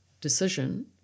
decision